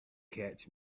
catch